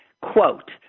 Quote